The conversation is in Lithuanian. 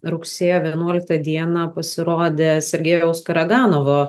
rugsėjo vienuoliktą dieną pasirodė sergejaus karaganovo